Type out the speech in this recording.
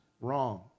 wrong